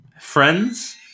friends